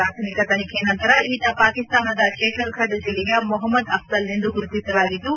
ಪ್ರಾಥಮಿಕ ತನಿಖೆ ನಂತರ ಈತ ಪಾಕಿಸ್ತಾನದ ಶೇಖರ್ಗಢ್ ಜಿಲ್ಲೆಯ ಮೊಹಮ್ನದ್ ಅಫಜಲ್ನೆಂದು ಗುರುತಿಸಲಾಗಿದ್ದು